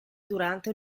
durante